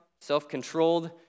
self-controlled